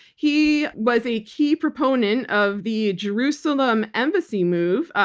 he was a key proponent of the jerusalem embassy move,